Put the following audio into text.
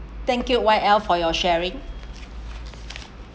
thank you Y L for your sharing